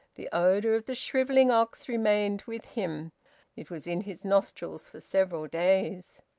the odour of the shrivelling ox remained with him it was in his nostrils for several days.